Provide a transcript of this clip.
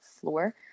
floor